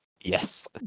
Yes